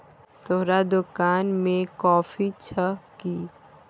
तोहर दोकान मे कॉफी छह कि?